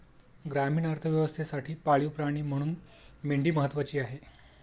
ग्रामीण अर्थव्यवस्थेसाठी पाळीव प्राणी म्हणून मेंढी महत्त्वाची आहे